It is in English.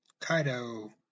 Kaido